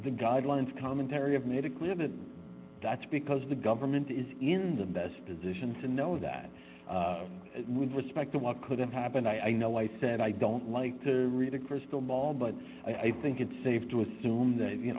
the guidelines commentary have made it clear that that's because the government is in the best position to know that with respect to what could have happened i know i said i don't like to read a crystal ball but i think it's safe to assume that